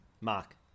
Mark